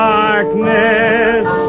darkness